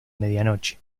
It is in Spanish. medianoche